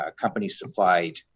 company-supplied